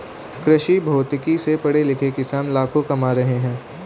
कृषिभौतिकी से पढ़े लिखे किसान लाखों कमा रहे हैं